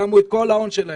ששמו את כל ההון שלהם.